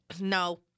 no